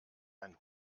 einen